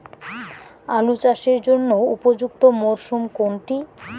আলু চাষের জন্য উপযুক্ত মরশুম কোনটি?